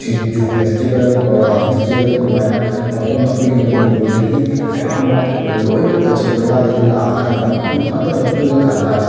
ꯁꯤꯡꯖꯨ festival Bora festival ꯑꯗꯨꯃꯥꯏꯅ ꯃꯐꯝ ꯑꯩꯈꯣꯏꯒꯤ ꯃꯅꯤꯄꯨꯔꯗꯒꯤ ꯑꯌꯥꯝꯕ ꯂꯣꯏꯅ ꯀꯆꯤꯟ ꯀꯣꯌꯥꯗꯩ ꯂꯥꯛꯑꯀꯥꯟꯗ ꯃꯐꯝ ꯑꯃꯠꯇꯗ ꯄꯨꯜꯂꯀꯥꯟꯗ